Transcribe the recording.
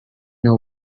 the